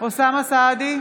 אוסאמה סעדי,